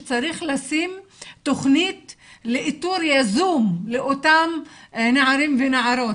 שצריך לשים תוכנית לאיתור יזום לאותם נערים ונערות.